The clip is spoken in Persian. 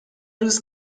روز